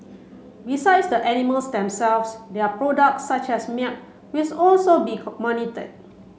besides the animals themselves their products such as with also be monitor